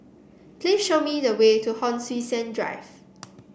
please show me the way to Hon Sui Sen Drive